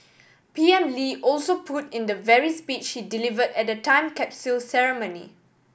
P M Lee also put in the very speech she delivered at the time capital ceremony